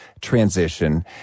transition